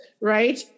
right